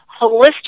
Holistic